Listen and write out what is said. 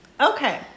Okay